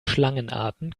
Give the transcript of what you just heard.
schlangenarten